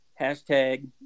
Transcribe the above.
hashtag